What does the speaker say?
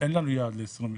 אין לנו יעד ל-2023.